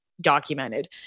documented